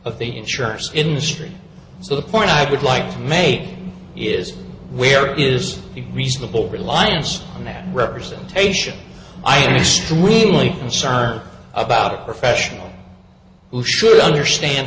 of the insurance industry so the point i would like to make is where is the reasonable reliance on that representation i just really concerned about a professional who should understand